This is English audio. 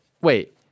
Wait